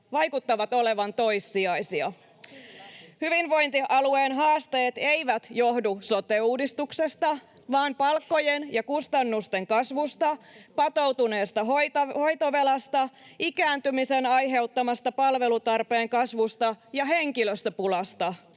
vaikuttavat olevan toissijaisia. Hyvinvointialueiden haasteet eivät johdu sote-uudistuksesta vaan palkkojen ja kustannusten kasvusta, patoutuneesta hoitovelasta, ikääntymisen aiheuttamasta palvelutarpeen kasvusta ja henkilöstöpulasta.